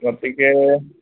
গতিকে